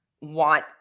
want